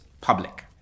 public